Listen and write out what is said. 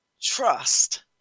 trust